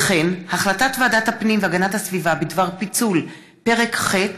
הצעת ועדת הפנים והגנת הסביבה בדבר פיצול פרק ח'